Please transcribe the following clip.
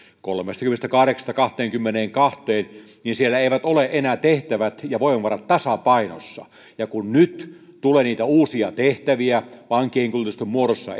kolmestakymmenestäkahdeksasta kahteenkymmeneenkahteen niin siellä eivät ole enää tehtävät ja voimavarat tasapainossa ja kun nyt tulee niitä uusia tehtäviä esimerkiksi vankien kuljetusten muodossa